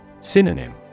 Synonym